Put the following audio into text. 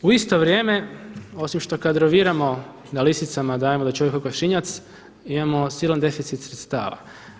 U isto vrijeme osim što kadroviramo, da „lisicama dajemo da čuvaju kokošinjac“ imamo silan deficit sredstava.